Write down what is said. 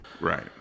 Right